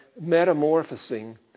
metamorphosing